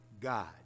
God